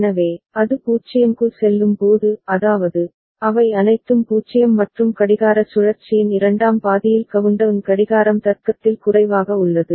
எனவே அது 0 க்கு செல்லும் போது அதாவது அவை அனைத்தும் 0 மற்றும் கடிகார சுழற்சியின் இரண்டாம் பாதியில் கவுண்டவுன் கடிகாரம் தர்க்கத்தில் குறைவாக உள்ளது